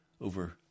over